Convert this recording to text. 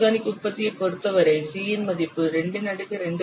organic உற்பத்தியைப் பொறுத்தவரை c இன் மதிப்பு 2 இன் அடுக்கு 2